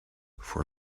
for